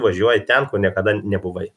važiuoji ten kur niekada nebuvai